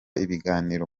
ibiganiro